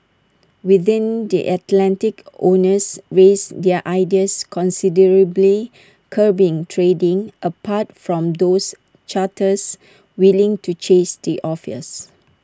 within the Atlantic owners raised their ideas considerably curbing trading apart from those charters willing to chase the offers